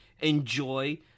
enjoy